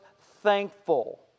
thankful